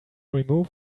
remove